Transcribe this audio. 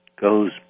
goes